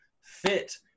fit